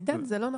עידן, זה לא נכון.